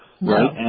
right